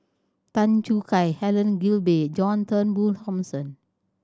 Tan Choo Kai Helen Gilbey John Turnbull Thomson